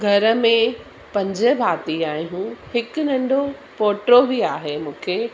घर में पंज भाती आहियूं हिकु नंढो पोटो बि आहे मूंखे